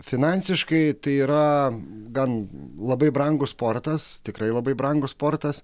finansiškai tai yra gan labai brangus sportas tikrai labai brangus sportas